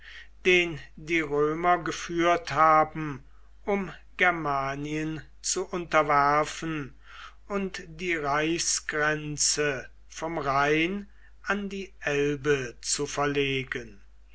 den die römer geführt haben um germanien zu unterwerfen und die reichsgrenze vom rhein an die elbe zu verlegen